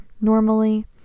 normally